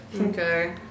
Okay